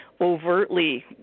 overtly